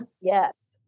Yes